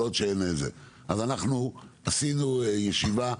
אז אנחנו קיימנו ישיבה,